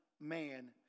man